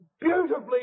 beautifully